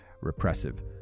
repressive